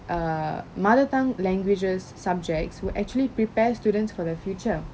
err mother tongue languages subjects would actually prepare students for their future